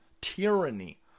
Tyranny